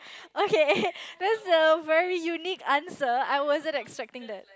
okay that's a very unique answer I wasn't expecting that